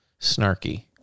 snarky